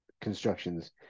constructions